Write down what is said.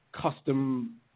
custom